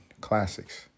Classics